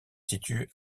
situe